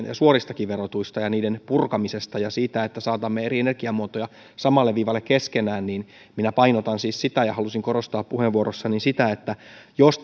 ja suoristakin verotuista ja niiden purkamisesta ja siitä että saatamme eri energiamuotoja samalle viivalle keskenään niin minä painotan siis sitä ja halusin korostaa puheenvuorossani sitä että jos